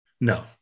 No